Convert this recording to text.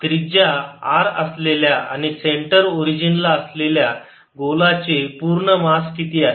त्रिज्या R असलेल्या आणि सेंटर ओरिजिन ला असलेल्या गोलाचे पूर्ण मास किती आहे